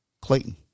Clayton